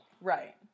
Right